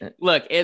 look